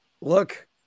look